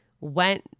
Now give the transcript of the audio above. went